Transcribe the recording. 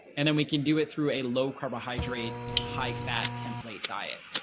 and then we can do it through a low carbohydrate, high fat template diet.